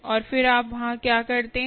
और फिर आप वहां क्या करते हैं